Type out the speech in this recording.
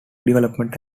development